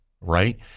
right